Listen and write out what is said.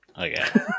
Okay